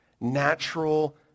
natural